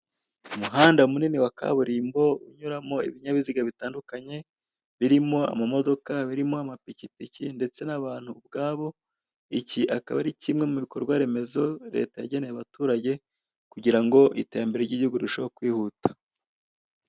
Umuhanda munini wa kaburimbo unyuramo ibinyabiziga bitandukanye birimo amamodoka, birimo amapikipiki ndetse n'abantu ubwabo, iki akaba ari kimwe mu gikorwa remezo leta yageneye abaturage kugira ngo iterambere ry'igihugu rirusheho kwihuta.